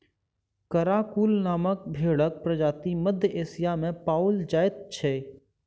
Karakul नामक भेंड़क प्रजाति मध्य एशिया मे पाओल जाइत छै